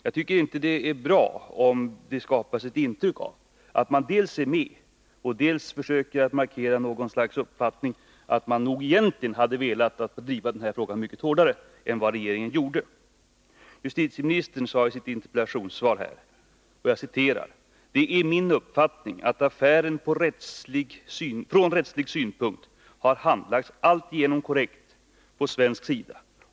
Jag tycker inte det är bra om man dels skapar ett intryck av att man är med, dels försöker markera att man egentligen hade velat driva saken mycket hårdare än vad regeringen gjorde. Justitieministern sade i sitt interpellationssvar: ”-—— det är min uppfattning att affären från rättslig synpunkt har handlagts alltigenom korrekt på svensk sida ——-—”.